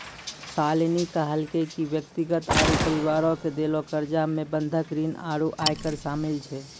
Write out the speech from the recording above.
शालिनी कहलकै कि व्यक्ति आरु परिवारो के देलो कर्जा मे बंधक ऋण आरु आयकर शामिल छै